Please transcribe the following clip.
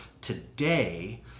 today